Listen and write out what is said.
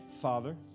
Father